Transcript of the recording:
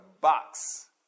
box